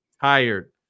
tired